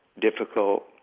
difficult